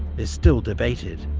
is still debated.